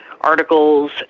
articles